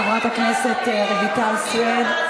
תודה רבה, חברת הכנסת רויטל סויד.